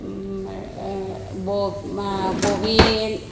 बबिन